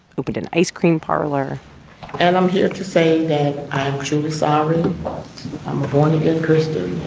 opened an ice-cream parlor and i'm here to say that i am truly sorry. i'm a born-again christian.